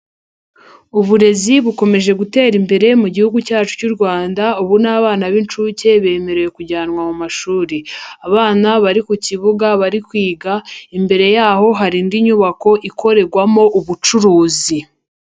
Uburezi bukomeje gutera imbere mu gihugu cyacu cy'u Rwanda, ubu n'abana b'inshuke bemerewe kujyanwa mu mashuri. Abana bari ku kibuga bari kwiga, imbere yaho hari indi nyubako ikorerwamo ubucuruzi.